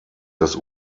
das